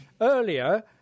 Earlier